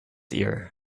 ear